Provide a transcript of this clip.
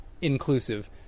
inclusive